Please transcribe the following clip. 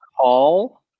call